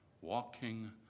Walking